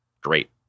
Great